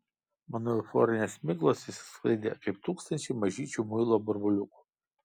mano euforinės miglos išsisklaidė kaip tūkstančiai mažyčių muilo burbuliukų